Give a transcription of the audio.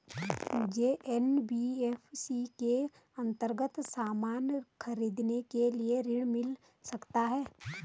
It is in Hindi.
मुझे एन.बी.एफ.सी के अन्तर्गत सामान खरीदने के लिए ऋण मिल सकता है?